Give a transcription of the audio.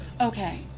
Okay